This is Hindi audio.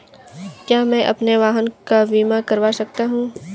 क्या मैं अपने वाहन का बीमा कर सकता हूँ?